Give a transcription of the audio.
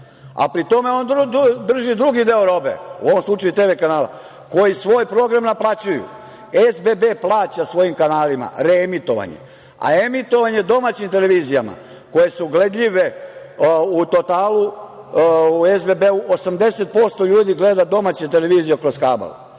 a pri tome on drži drugi deo robe, u ovom slučaju tv kanala, koji svoj program naplaćuju, SBB plaća svojim kanalima reemitovanje, a emitovanje domaćim televizijama koje su gledljive u Totalu, u SBB-u 80% ljudi gleda domaće televizije kroz kabal,